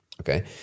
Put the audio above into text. Okay